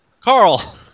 Carl